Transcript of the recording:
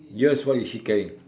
yours what is she carrying